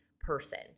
person